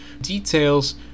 details